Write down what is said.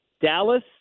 Dallas